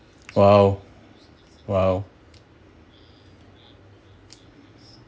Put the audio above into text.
!wow! !wow!